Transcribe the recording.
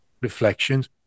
reflections